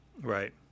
Right